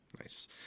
Nice